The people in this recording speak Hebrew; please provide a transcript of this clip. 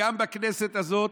וגם בכנסת הזאת,